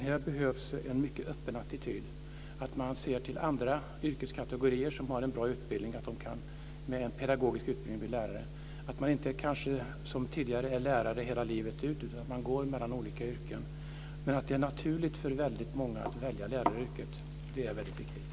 Här behövs en mycket öppen attityd, att man ser att andra yrkeskategorier som har en bra utbildning med en pedagogisk utbildning kan bli lärare, att de inte som tidigare är lärare hela livet ut utan går mellan olika yrken. Att det är naturligt för väldigt många att välja läraryrket är väldigt viktigt.